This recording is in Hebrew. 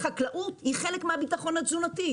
החקלאות היא חלק מהביטחון התזונתי.